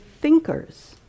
thinkers